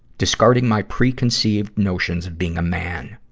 discarding my preconceived notions of being a man.